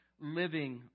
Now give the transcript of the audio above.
living